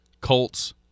Colts